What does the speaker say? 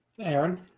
Aaron